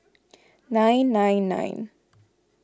nine nine nine